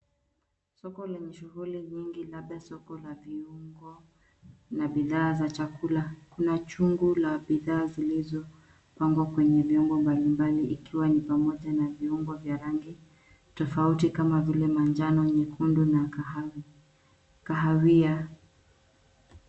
Soko lenye shughuli nyingi labda soko la viungo na bidhaa za chakula. Kuna chungu la bidhaa zilizopangwa kwenye vyombo mbali mbali ikiwa ni pamoja na viumbo vya rangi tofauti kama vile: manjano, nyekundu na kahawia.